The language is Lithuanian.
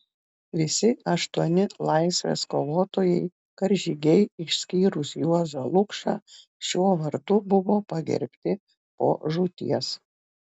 visi aštuoni laisvės kovotojai karžygiai išskyrus juozą lukšą šiuo vardu buvo pagerbti po žūties